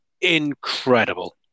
incredible